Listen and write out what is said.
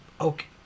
okay